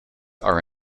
are